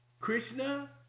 Krishna